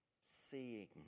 seeing